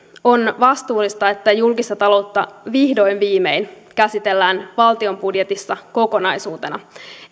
on vastuullista että julkista taloutta vihdoin viimein käsitellään valtion budjetissa kokonaisuutena